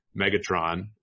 Megatron